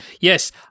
Yes